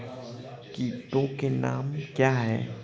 कीटों के नाम क्या हैं?